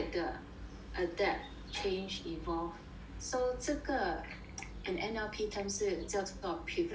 adapt change involved so 这个 in N_L_P terms 是叫做 pivoting